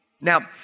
Now